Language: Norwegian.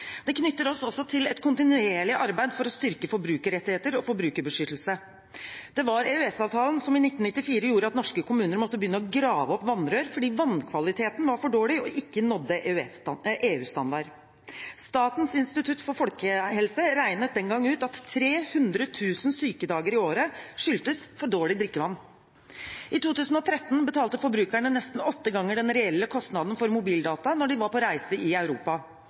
knytter oss også til et kontinuerlig arbeid for å styrke forbrukerrettigheter og forbrukerbeskyttelse. Det var EØS-avtalen som i 1994 gjorde at norske kommuner måtte begynne å grave opp vannrør fordi vannkvaliteten var for dårlig og ikke nådde EU-standard. Statens institutt for folkehelse regnet den gangen ut at 300 000 sykedager i året skyldtes for dårlig drikkevann. I 2013 betalte forbrukerne nesten åtte ganger den reelle kostnaden for mobildata når de var på reise i Europa.